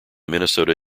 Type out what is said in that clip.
minnesota